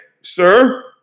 sir